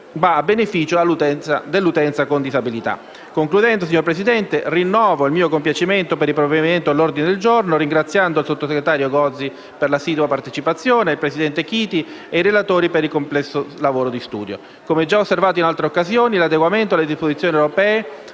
va a beneficio dell'utenza con disabilità. Signor Presidente, rinnovo il mio compiacimento per il provvedimento all'ordine del giorno, ringraziando il sottosegretario Gozi per l'assidua partecipazione, il presidente Chiti e il relatore per il complesso lavoro di studio. Come già osservato in altre occasioni, l'adeguamento alle disposizioni europee